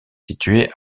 située